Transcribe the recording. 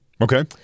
Okay